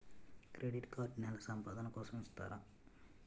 Credit card నెల సంపాదన కోసం ఇస్తారా?